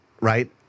right